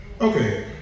Okay